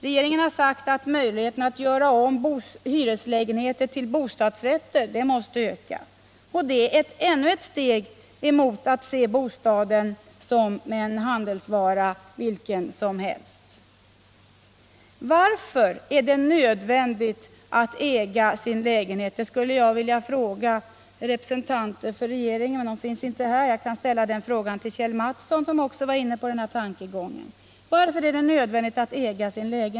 Regeringen har sagt att möjligheterna att göra om hyreslägenheter till bostadsrätter måste öka. Det är ännu ett steg mot att se bostaden som en handelsvara vilken som helst. Varför är det nödvändigt att äga sin lägenhet? Det skulle jag vilja fråga representanter för regeringen. De finns inte här, och jag kan ställa frågan till Kjell Mattsson, som också var inne på den här tankegången.